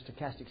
stochastic